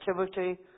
activity